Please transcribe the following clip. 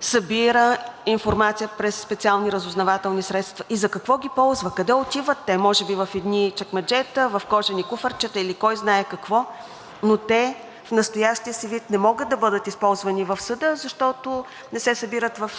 събира информация през специални разузнавателни средства. И за какво ги ползва, къде отиват те? Може би в едни чекмеджета, в кожени куфарчета или кой знае какво? Но те в настоящия си вид не могат да бъдат използвани в съда, защото не се събират в